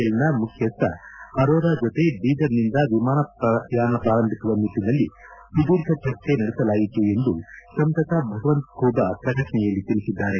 ಎಲ್ನ ಮುಖ್ಯಸ್ಟ ಅರೋರಾ ಜೊತೆ ಬೀದರನಿಂದ ವಿಮಾನಯಾನ ಪ್ರಾರಂಭಿಸುವ ನಿಟ್ಟನಲ್ಲಿ ಸುದೀರ್ಘ ಚರ್ಚೆ ನಡೆಸಲಾಯಿತು ಎಂದು ಸಂಸದ ಭಗವಂತ ಖೂಬಾ ಪ್ರಕಟಣೆಯಲ್ಲಿ ತಿಳಿಸಿದ್ದಾರೆ